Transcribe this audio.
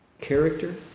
character